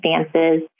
circumstances